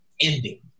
ending